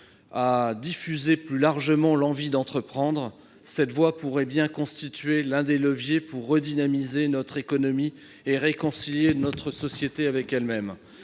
à diffuser plus largement l'envie d'entreprendre, cette voie pourrait bien constituer l'un des leviers pour redynamiser notre économie et réconcilier notre société avec elle-même.